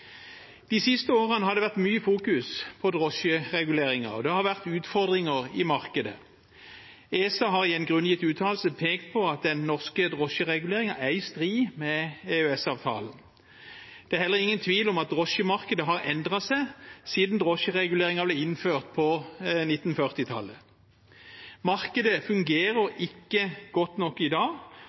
de bor. De siste årene har drosjereguleringen vært mye i fokus, og det har vært utfordringer i markedet. ESA har i en grunngitt uttalelse pekt på at den norske drosjereguleringen er i strid med EØS-avtalen. Det er heller ingen tvil om at drosjemarkedet har endret seg siden drosjereguleringen ble innført på 1940-tallet. Markedet fungerer ikke godt nok i dag,